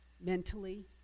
mentally